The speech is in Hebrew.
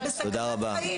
הן בסכנת חיים.